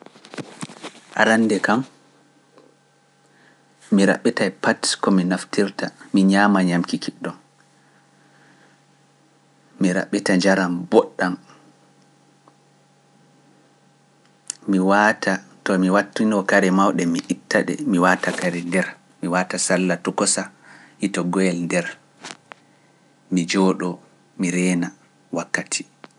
Arande kam, mi raɓɓitay pat ko mi naftirta, mi ñaama ñamki kiɓɗo, mi raɓɓita njaram mboɗɗam, mi waawta to mi wattuno kare mawɗe, mi itta ɗe, mi waawta kare nder, mi waawta salla tukosa hito goyal nder, mi jooɗo, mi reena wakkati.